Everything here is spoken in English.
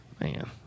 Man